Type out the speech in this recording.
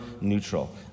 neutral